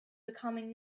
becoming